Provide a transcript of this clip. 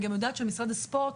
אני גם יודעת שמשרד הספורט